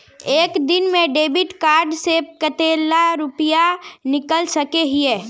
एक दिन में डेबिट कार्ड से कते रुपया निकल सके हिये?